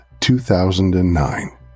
2009